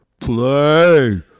play